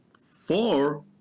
four